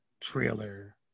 trailer